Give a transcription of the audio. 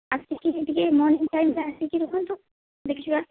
ଆସିକି ଟିକେ ନହେଲେ ମର୍ନିଙ୍ଗ ଟାଇମ ରେ ଆସିକି ରୁହନ୍ତୁ ଦେଖିବା